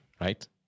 right